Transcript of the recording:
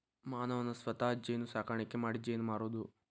ಮಾನವನ ಸ್ವತಾ ಜೇನು ಸಾಕಾಣಿಕಿ ಮಾಡಿ ಜೇನ ಮಾರುದು